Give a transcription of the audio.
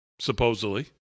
supposedly